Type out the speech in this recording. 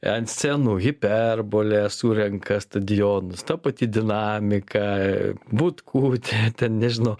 ant scenų hiperbolė surenka stadionus ta pati dinamika butkutė ten nežinau